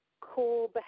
core